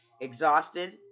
exhausted